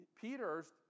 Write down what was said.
Peter's